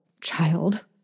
child